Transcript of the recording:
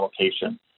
allocation